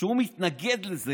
שהוא מתנגד לזה.